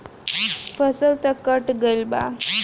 फसल तऽ कट गइल बा